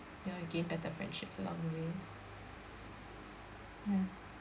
you know you gain better friendships along the way yeah